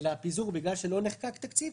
אלא הפיזור הוא בגלל שלא נחקק תקציב,